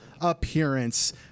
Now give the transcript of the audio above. appearance